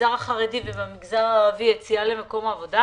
במגזר החרדי ובמגזר הערבי יציאה למקום עבודה,